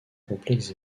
complexes